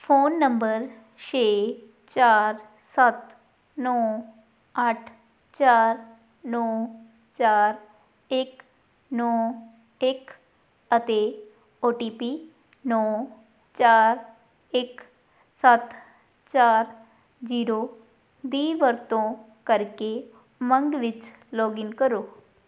phone number ਛੇ ਚਾਰ ਸੱਤ ਨੌ ਅੱਠ ਚਾਰ ਨੌ ਚਾਰ ਇੱਕ ਨੌ ਇੱਕ ਅਤੇ ਓ ਟੀ ਪੀ ਨੌ ਚਾਰ ਇੱਕ ਸੱਤ ਚਾਰ ਜੀਰੋ ਦੀ ਵਰਤੋਂ ਕਰਕੇ ਉਮੰਗ ਵਿੱਚ ਲੌਗਇਨ ਕਰੋ